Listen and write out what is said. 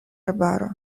arbaro